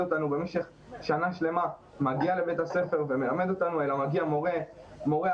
אותנו במשך שנה שלמה מגיע לבית הספר ומלמד אותנו אלא מגיע מורה אחר,